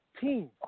team